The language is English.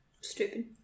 Stupid